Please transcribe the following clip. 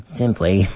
simply